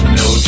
no